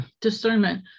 Discernment